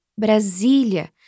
Brasília